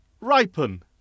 ripen